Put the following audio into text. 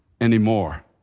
anymore